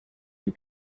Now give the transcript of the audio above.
you